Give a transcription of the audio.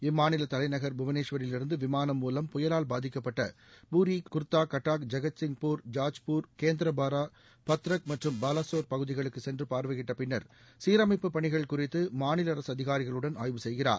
இம்மாநில தலைநகர் புவனேஸ்வரிவிருந்து விமானம் மூலம் புயலால் பாதிக்கப்பட்ட பூரி குர்தா கட்டாக் ஐகத் சிங்பூர் ஜாஜ்பூர் கேந்திர பாரா பத்ரக் மற்றும் பலாகோர் பகுதிகளுக்கு சென்று பார்வையிட்ட பின்னர் சீரமைப்பு பணிகள் குறித்து மாநில அரசு அதிகாரிகளுடன் ஆய்வு செய்கிறார்